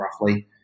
roughly